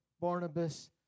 Barnabas